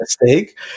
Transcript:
mistake